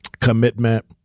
commitment